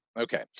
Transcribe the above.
Okay